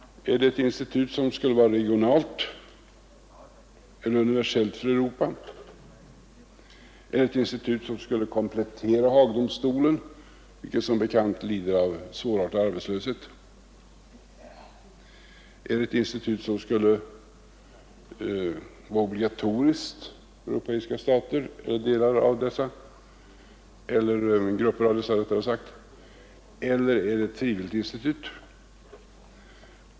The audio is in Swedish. Är det ett institut som skulle vara regionalt eller universellt för Europa? Är det ett institut som skulle komplettera Haag-domstolen, vilken som bekant lider av svårartad arbetslöshet? Är det ett institut som skulle vara obligatoriskt för europeiska stater eller grupper av sådana eller är det ett frivilligt institut?